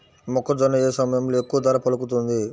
మొక్కజొన్న ఏ సమయంలో ఎక్కువ ధర పలుకుతుంది?